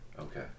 Okay